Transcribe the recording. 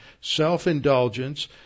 self-indulgence